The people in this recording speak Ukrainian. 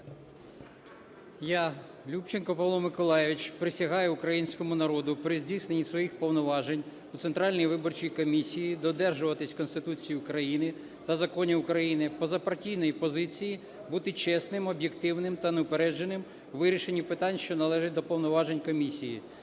Я, Любченко Павло Миколайович, присягаю Українському народу при здійсненні своїх повноважень у Центральній виборчій комісії додержуватися Конституції України та законів України, позапартійної позиції, бути чесним, об'єктивним та неупередженим у вирішенні питань, що належать до повноважень Комісії,